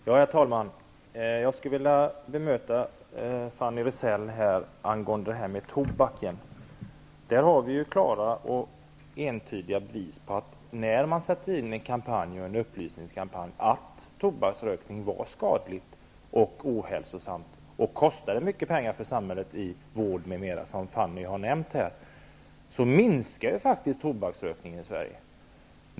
Herr talman! Jag skulle vilja bemöta Fanny Rizell angående frågan om tobaken. Där finns klara och entydiga bevis på att tobaksrökningen i Sverige faktiskt minskade när en upplysningskampanj sattes in om att tabaksröken är skadlig, ohälsosam och kostar samhället mycket i form av vård m.m. -- vilket Fanny Rizell har nämnt, minskade faktiskt tobaksrökningen i Sverige.